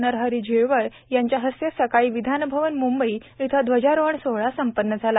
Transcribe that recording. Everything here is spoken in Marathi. नरहरी झिरवाळ यांच्या हस्ते सकाळी विधान भवन म्ंबई इथं ध्वजारोहण सोहळा संपन्न झाला